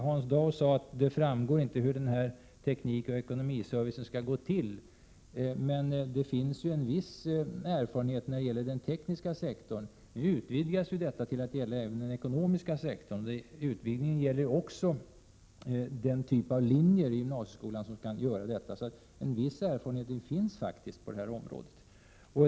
Hans Dau sade att det inte framgår hur teknikoch ekonomiserviceverksamheten skall gå till, men det finns ju en viss erfarenhet när det gäller den tekniska sektorn. Nu utvidgas verksamheten till att gälla även den ekonomiska sektorn, och utvidgningen gäller också den typ av linjer i gymnasieskolan som kan ägna sig åt detta. En viss erfarenhet finns faktiskt på detta område.